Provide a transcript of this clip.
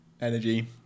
energy